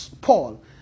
Paul